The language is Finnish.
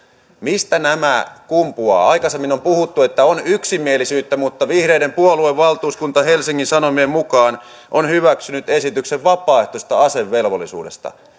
mistä nämä kumpuavat aikaisemmin on on puhuttu että on yksimielisyyttä mutta vihreiden puoluevaltuuskunta helsingin sanomien mukaan on hyväksynyt esityksen vapaaehtoisesta asevelvollisuudesta